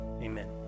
Amen